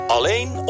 Alleen